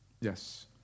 Yes